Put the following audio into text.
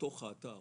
בתוך האתר,